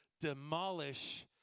demolish